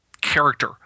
character